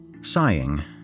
Sighing